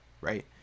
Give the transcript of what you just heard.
right